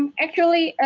and actually,